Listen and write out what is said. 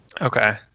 Okay